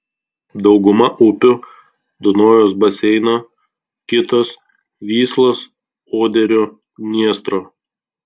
dauguma upių dunojaus baseino kitos vyslos oderio dniestro